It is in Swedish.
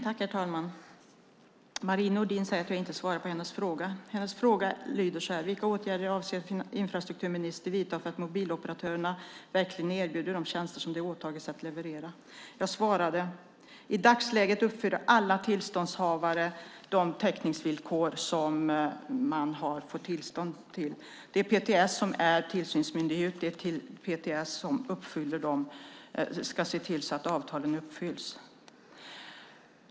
Herr talman! Marie Nordén sade att jag inte svarade på hennes fråga: Vilka åtgärder avser infrastrukturministern att vidta för att mobiloperatörerna verkligen ska erbjuda de tjänster som de åtagit sig att leverera? Jag svarade: I dagsläget uppfyller alla tillståndshavare som har täckningsvillkor dessa. Det är PTS som är tillsynsmyndighet och ska se till att avtalen uppfylls.